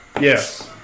Yes